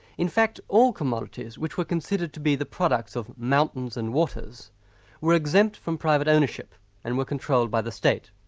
in fact, all commodities which were considered to be the products of mountains and waters were exempt from private ownership and were controlled by the state.